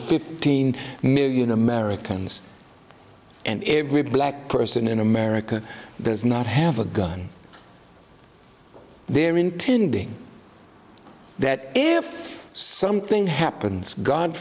fifteen million americans and every black person in america does not have a gun there intending that if something happens god